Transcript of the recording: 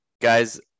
guys